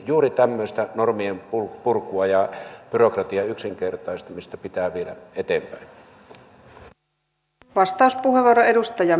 juuri tämmöistä normien purkua ja byrokratian yksinkertaistamista pitää viedä eteenpäin